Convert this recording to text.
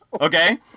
okay